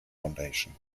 foundation